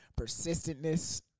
persistentness